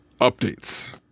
Updates